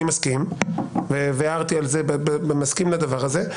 אני מסכים והערתי על זה ואמרתי שאני מסכים לדבר הזה.